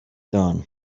done